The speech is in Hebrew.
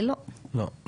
לא.